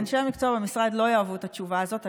ואנשי המקצוע במשרד לא יאהבו את התשובה הזאת,